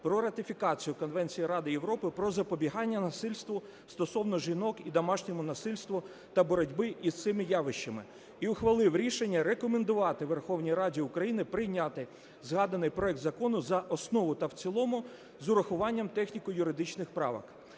про ратифікацію Конвенції Ради Європи про запобігання насильству стосовно жінок і домашньому насильству та боротьбу із цими явищами і ухвалив рішення рекомендувати Верховній Раді України прийняти згаданий проект закону за основу та в цілому з урахуванням техніко-юридичних правок.